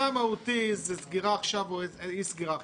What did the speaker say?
המהותי הוא סגירה עכשיו או אי סגירה עכשיו.